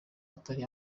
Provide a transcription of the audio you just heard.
atari